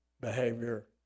behavior